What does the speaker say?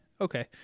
okay